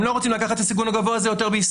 הם לא רוצים לקחת את הסיכון הגבוה הזה בישראל.